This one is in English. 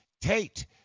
Tate